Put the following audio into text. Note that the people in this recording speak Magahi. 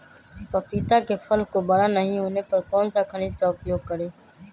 पपीता के फल को बड़ा नहीं होने पर कौन सा खनिज का उपयोग करें?